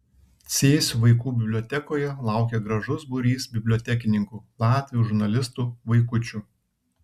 cėsių vaikų bibliotekoje laukė gražus būrys bibliotekininkų latvių žurnalistų vaikučių